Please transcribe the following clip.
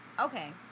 Okay